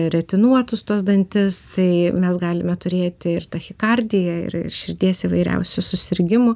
retinuotus tuos dantis tai mes galime turėti ir tachikardiją ir širdies įvairiausių susirgimų